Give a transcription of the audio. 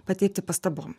pateikti pastabom